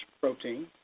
protein